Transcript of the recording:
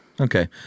Okay